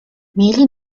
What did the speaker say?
mieli